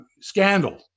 scandal